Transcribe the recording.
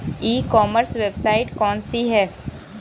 ई commerce website कौन सी है?